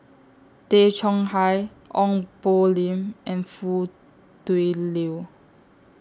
Tay Chong Hai Ong Poh Lim and Foo Tui Liew